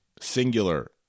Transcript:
Singular